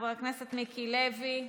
חבר הכנסת מיקי לוי,